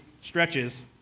stretches